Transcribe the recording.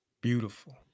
beautiful